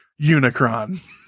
Unicron